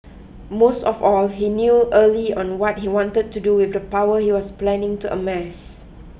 most of all he knew early on what he wanted to do with the power he was planning to amass